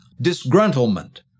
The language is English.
disgruntlement